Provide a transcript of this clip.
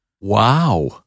Wow